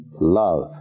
love